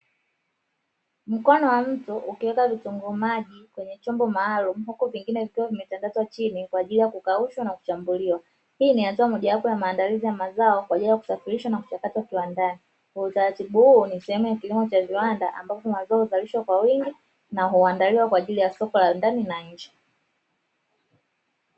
Mkono wa mtu ukiweka vitunguu maji kwenye chombo maalumu huku vingine vikiwa vimetandazwa chini kwa ajili ya kukaushwa na kuchambuliwa, hii ni hatua mojawapo ya maandalizi ya mazao kwa ajili ya kusafirishwa na kuchakatwa viwandani, utaratibu huu ni sehemu ya kilimo cha viwanda ambapo mazao huzalishwa kwa wingi na huandaliwa kwa ajili ya soko la ndani na nje.